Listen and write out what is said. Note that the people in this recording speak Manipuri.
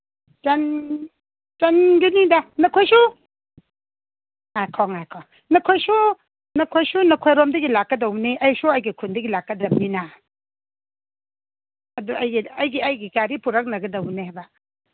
ꯆꯟꯒꯅꯤꯗ ꯅꯈꯣꯏꯁꯨ ꯉꯥꯏꯈꯣ ꯉꯥꯏꯈꯣ ꯅꯈꯣꯏꯁꯨ ꯅꯈꯣꯏꯁꯨ ꯅꯈꯣꯏꯔꯣꯝꯗꯒꯤ ꯂꯥꯛꯀꯗꯧꯅꯤ ꯑꯩꯁꯨ ꯑꯩꯒꯤ ꯈꯨꯟꯗꯒꯤ ꯂꯥꯛꯀꯗꯕꯅꯤꯅ ꯑꯗꯨ ꯑꯩꯒꯤ ꯑꯩꯒꯤ ꯑꯩꯒꯤ ꯒꯥꯔꯤ ꯄꯨꯔꯛꯅꯒꯗꯕꯅꯤ ꯍꯥꯏꯕ